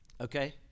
Okay